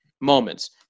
moments